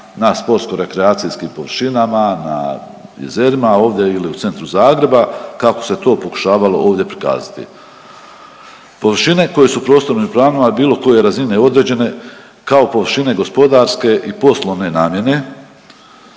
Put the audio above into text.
na sportsko-rekreacijskim površinama, na jezerima ovdje ili u centru Zagreba kako se to pokušavalo ovdje prikazati. Površine koje su u prostornim planovima bilo koje razine određene kao površine gospodarske i poslovne namjene,